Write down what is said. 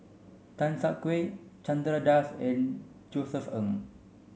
Tan Siak Kew Chandra Das and Josef Ng